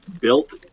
built